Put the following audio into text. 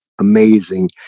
amazing